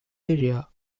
area